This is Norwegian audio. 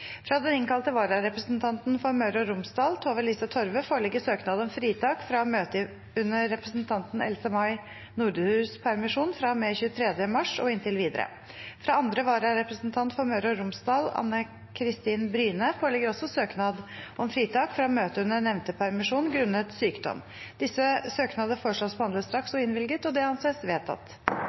Fra den innkalte vararepresentanten for Møre og Romsdal, Tove-Lise Torve , foreligger søknad om fritak fra å møte under representanten Else-May Norderhu s’ permisjon fra og med 23. mars og inntil videre. Fra andre vararepresentant for Møre og Romsdal, Anne Kristin Bryne , foreligger også søknad om fritak fra å møte under nevnte permisjon, grunnet sykdom. Etter forslag fra presidenten ble enstemmig besluttet: Søknadene behandles straks og